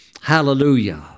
Hallelujah